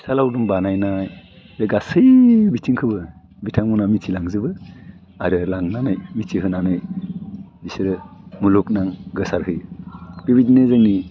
फिथा लावदुम बानायनाय बे गासै बिथिंखौबो बिथां मोनहा मिथिलांजोबो आरो लांनानै मिथिहोनानै बिसोरो मुलुमनां गोसारहोयो बेबायदिनो जोंनि